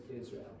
Israel